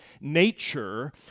nature